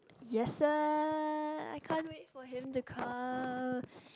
I can't wait for him to come